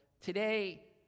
Today